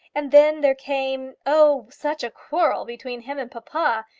and then there came oh, such a quarrel between him and papa.